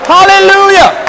Hallelujah